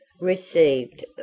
received